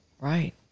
Right